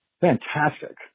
Fantastic